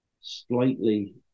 slightly